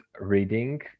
reading